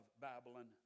Babylon